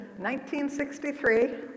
1963